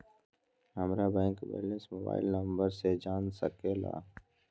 हमारा bank balance mobile number से जान सके ला?